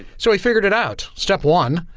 so he figured it out. step one,